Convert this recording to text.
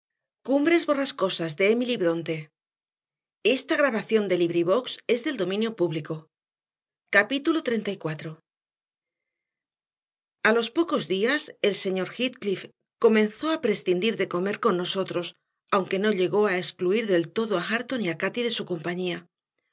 capítulo treinta y cuatro a los pocos días el señor heathcliff comenzó a prescindir de comer con nosotros aunque no llegó a excluir del todo a hareton y a cati de su compañía